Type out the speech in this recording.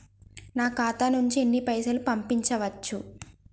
నా ఖాతా నుంచి ఎన్ని పైసలు పంపించచ్చు?